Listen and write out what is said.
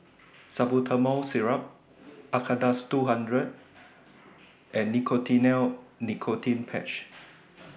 Salbutamol Syrup Acardust two hundred and Nicotinell Nicotine Patch